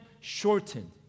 shortened